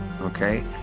Okay